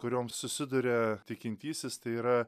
kuriom susiduria tikintysis tai yra